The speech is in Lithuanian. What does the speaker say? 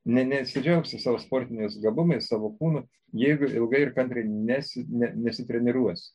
ne neatsidžiaugsi savo sportiniais gabumais savo kūnu jeigu ilgai ir kantriai nesi ne nesitreniruos